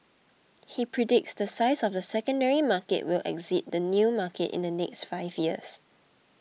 he predicts the size of the secondary market will exceed the new market in the next five years